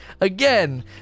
again